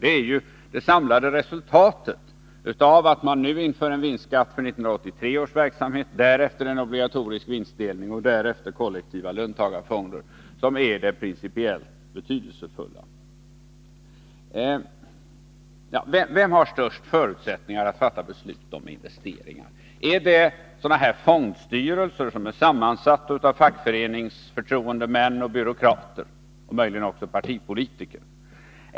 Det är det samlade resultatet av att man nu inför en vinstskatt för 1983 års verksamhet, därefter en obligatorisk vinstdelning och därefter kollektiva löntagarfonder. Detta är det principiellt betydelsefulla. Vem har de största förutsättningarna att fatta beslut om investeringar? Är det fondstyrelser som är sammansatta av fackföreningsförtroendemän och byråkrater, möjligen också partipolitiker?